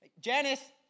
Janice